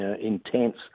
intense